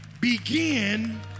begin